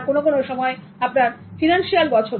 কোন কোন সময় আপনার ফিনান্সিয়াল বছরও